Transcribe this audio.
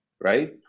Right